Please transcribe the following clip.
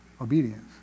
obedience